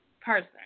Person